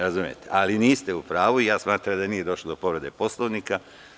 Razumete, ali niste u pravu i smatram da nije došlo do povrede Poslovnika.